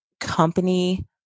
company